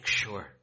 sure